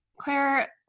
Claire